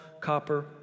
copper